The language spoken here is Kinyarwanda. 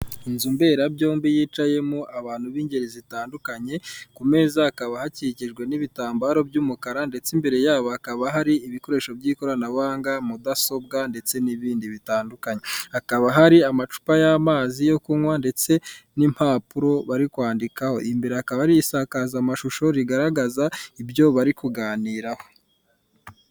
Inzu mberabyombi yicayemo abantu bingeri zitandukanye ku imeza hakaba hakikijwe n'ibitambaro by'umukara ndetse imbere yabo hakaba hari ibikoresho by'ikoranabuhanga; mudasobwa ndetse n'ibindi bitandukanye, hakaba hari amacupa y'amazi yo kunywa ndetse n'impapuro bari kwandikaho imbere hakaba hari isakazamashusho zigaragaza ibyo bari kuganiraho.